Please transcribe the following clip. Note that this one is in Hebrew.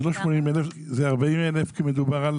זה לא 80,000, זה 40,000 כי מדובר על